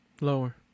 lower